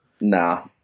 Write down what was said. Nah